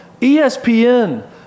ESPN